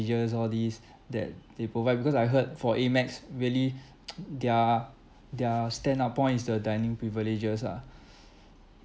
all these that they provide because I heard for AMEX really their their standout point is the dining privileges ah